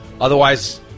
Otherwise